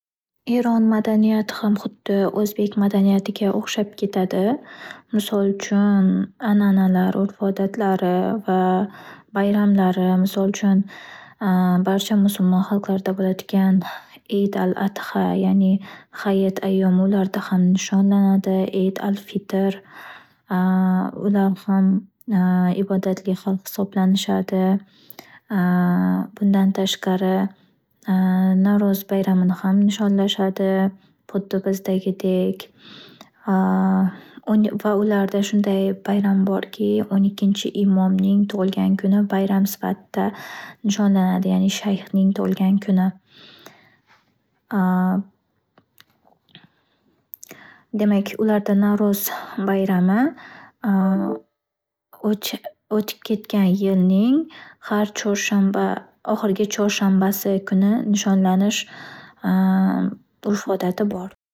Eron madaniyati ham huddi o’zbek madaniyatiga o’xshab ketadi. Misol uchun, an'analar, urf-odatlari va bayramlari misol uchun, barcha musulmon xalqlarda bo’ladigan Eid Al Adha, ya'ni Hayit ayyomi ularda ham nishonlanadi. Eid Al Fitr, ular ham ibodatli xalq hisoblanishadi. Bundan tashqari navro'z bayramini ham nishonlashadi. Huddi bizdagidek. O'ni- va ularda shunday bayram borki, o’n ikkinchi imomning tug’ilgan kuni bayram sifatida nishonlaniladi, ya’ni shayxning tug’ilgan kuni. Demak ularda navro'z bayrami o’ch- o’tib ketgan yilning har chorshanba ohirgi chorshanbasi kuni nishonlanish urf odati bor.